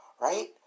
right